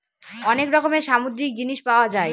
অনেক রকমের সামুদ্রিক জিনিস পাওয়া যায়